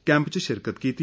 camp च शिरकत कीती